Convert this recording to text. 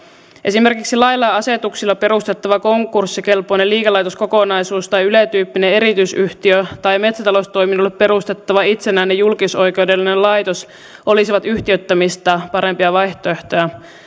esimerkiksi lailla ja asetuksilla perustettava konkurssikelpoinen liikelaitoskokonaisuus tai yle tyyppinen erityisyhtiö tai metsätaloustoiminnoille perustettava itsenäinen julkisoikeudellinen laitos olisivat yhtiöittämistä parempia vaihtoehtoja